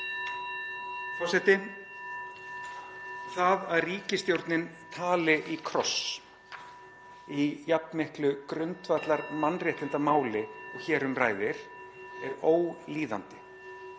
Það að ríkisstjórnin tali í kross í jafnmiklu grundvallarmannréttindamáli og hér um ræðir er ólíðandi